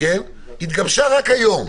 התגבשה רק היום.